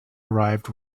arrived